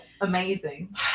amazing